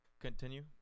Continue